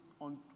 on